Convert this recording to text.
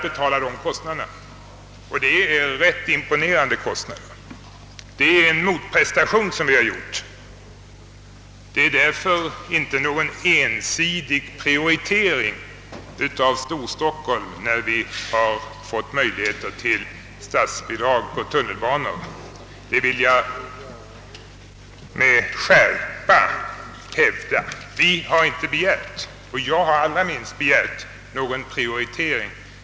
Dessa kostnader är rätt imponerande, och det är en motprestation som vi har gjort. Det är därför inte någon ensidig prioritering av Storstockholm när vi har fått möjligheter till statsbidrag för tunnelbanan — det vill jag med skärpa hävda. Vi har inte begärt — jag allra minst — någon prioritering.